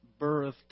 birthed